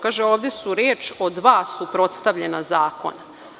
Kaže – ovde je reč o dva suprotstavljena zakona.